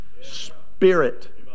spirit